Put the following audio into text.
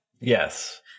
Yes